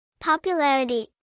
Popularity